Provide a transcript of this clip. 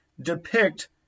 depict